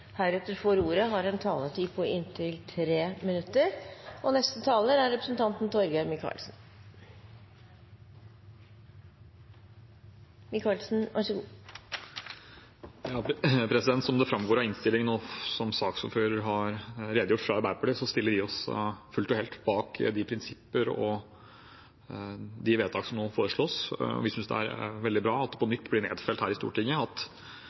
heretter får ordet, har en taletid på inntil 3 minutter. Som det framgår av innstillingen, og som saksordføreren fra Arbeiderpartiet har redegjort for, stiller vi oss fullt og helt bak de prinsipper og vedtak som nå foreslås. Vi synes det er veldig bra at det på nytt blir nedfelt i Stortinget at det er dette som nå gjelder. Man hører kanskje også på tonen i dag at dette er det ganske bred enighet om. Det har